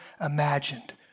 imagined